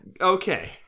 Okay